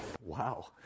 Wow